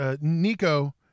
Nico